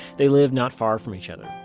they live not far from each other.